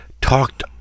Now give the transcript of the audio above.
talked